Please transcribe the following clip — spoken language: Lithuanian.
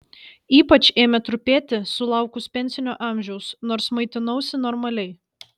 ypač ėmė trupėti sulaukus pensinio amžiaus nors maitinausi normaliai